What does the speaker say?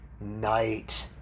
night